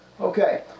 Okay